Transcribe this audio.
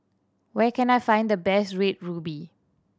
where can I find the best Red Ruby